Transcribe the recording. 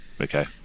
Okay